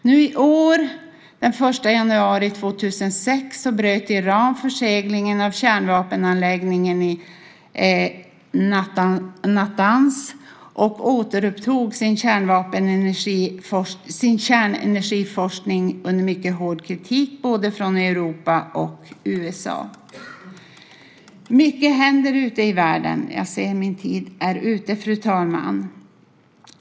Nu i år, den 1 januari 2006, bröt Iran förseglingen av kärnvapenanläggningen i Natanz och återupptog sin kärnenergiforskning under mycket hård kritik från både Europa och USA. Mycket händer ute i världen. Jag ser att min talartid är ute, fru talman.